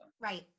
Right